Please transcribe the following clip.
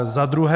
Za druhé.